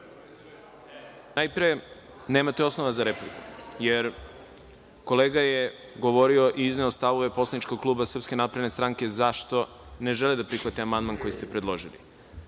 nemate osnova za repliku, jer kolega je govorio i izneo stavove poslaničkog kluba SNS, zašto ne žele da prihvate amandman koji ste predložili.